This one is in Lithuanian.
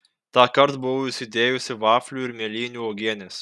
tąkart buvau įsidėjusi vaflių ir mėlynių uogienės